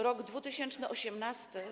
Rok dwutysięczny osiemnasty.